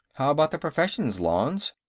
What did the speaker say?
how about the professions, lanze?